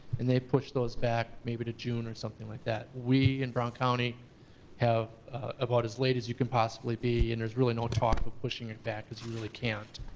and they pushed those back, maybe to june or something like that. we in brown county have about as late as you can possibly be, and there's really no talk of pushing it back because you really can't.